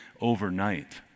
overnight